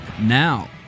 now